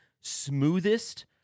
smoothest